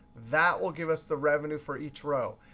that will give us the revenue for each row.